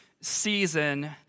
season